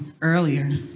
earlier